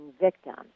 victims